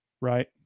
right